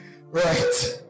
Right